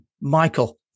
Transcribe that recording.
michael